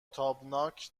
تابناک